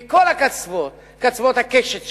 מכל קצוות הקשת שם,